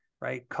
right